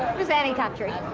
just any country.